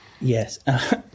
Yes